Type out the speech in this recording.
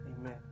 Amen